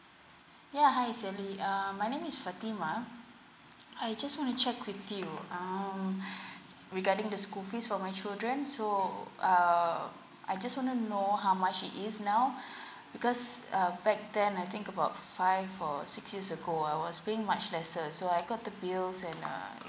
ya hi Sally uh my name is fatima I just want to check with you um regarding the school fees for my children so um I just wanna know how much it is now because err back then I think about five or six years ago it was being much lesser so I got the bills and uh